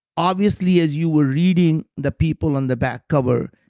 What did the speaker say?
obviously as you were reading the people on the back cover,